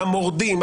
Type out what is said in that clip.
המורדים,